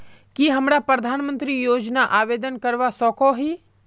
की हमरा प्रधानमंत्री योजना आवेदन करवा सकोही?